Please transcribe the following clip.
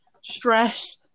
stress